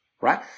right